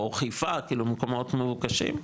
או חיפה, כאלו מקומות מבוקשים,